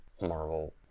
Marvel